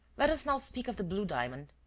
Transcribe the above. let us now speak of the blue diamond.